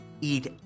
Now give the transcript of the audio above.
eat